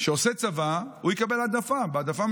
שעושה צבא, הוא יקבל העדפה.